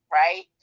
right